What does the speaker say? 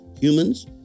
humans